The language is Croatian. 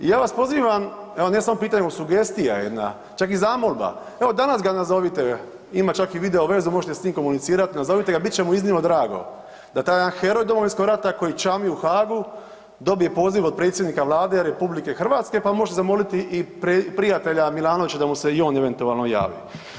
Ja vas pozivam, evo ne samo pitanje nego i sugestija jedna, čak i zamolba, evo danas ga nazovite, ima čak i video vezu, možete s njim komunicirat, nazovite ga, bit će mu iznimno drago da taj jedan heroj Domovinskog rata koji čami u Hagu dobije poziv od predsjednika Vlade RH, pa možete zamoliti i prijatelja Milanovića da mu se i on eventualno javi.